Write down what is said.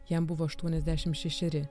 jam buvo aštuoniasdešim šešeri